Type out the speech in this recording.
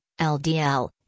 LDL